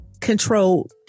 control